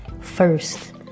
first